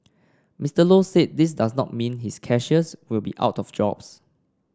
Mister Low said this does not mean his cashiers will be out of jobs